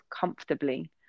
comfortably